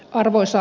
arvoisa